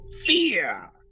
fear